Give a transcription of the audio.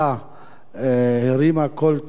הרימה קול תרועה רם,